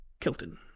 Kilton